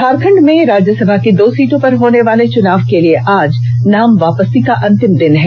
झारखंड में राज्यसभा की दो सीटों पर होने वाले चुनाव के लिए आज नाम वापसी का अंतिम दिन है